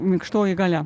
minkštoji galia